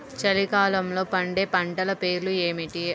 చలికాలంలో పండే పంటల పేర్లు ఏమిటీ?